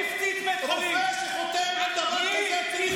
לרופא שחותם על דבר כזה צריך,